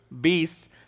beasts